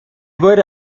wurde